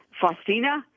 Faustina